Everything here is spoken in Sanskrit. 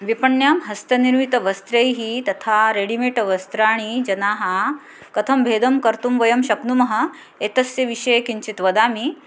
विपण्यां हस्तनिर्मितवस्त्रैः तथा रेडिमेट् वस्त्राणि जनाः कथं भेदं कर्तुं वयं शक्नुमः एतस्य विषये किञ्चित् वदामि